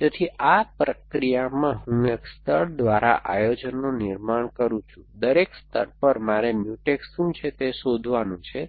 તેથી આ પ્રક્રિયામાં હું એક સ્તર દ્વારા આયોજનનું નિર્માણ કરું છું દરેક સ્તર પર મારે મ્યુટેક્સ શું છે તે શોધવાનું છે